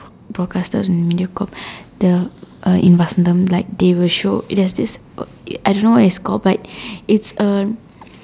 broadcasted in MediaCorp the uh in Vasantham like they will show there's this uh I don't know what it's called but it's a